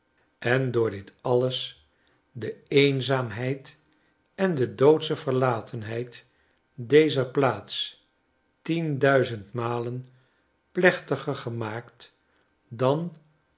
en door dit alles de eenzaamheid en de doodsche verlatenheid dezer plaats tien duizend malen plechtiger gemaakt dan